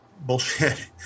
bullshit